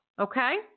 Okay